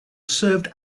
served